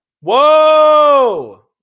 Whoa